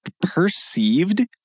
perceived